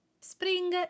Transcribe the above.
spring